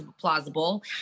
plausible